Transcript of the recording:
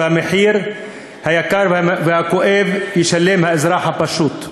ואת המחיר היקר והכואב ישלם האזרח הפשוט.